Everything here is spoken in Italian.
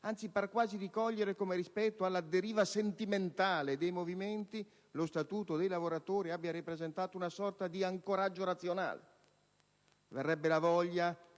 Pare quasi di cogliere come, rispetto alla deriva sentimentale dei movimenti, lo Statuto dei lavoratori abbia rappresentato una sorta di ancoraggio razionale. Verrebbe la voglia,